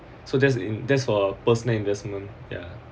so that's in that's for personal investment ya